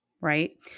right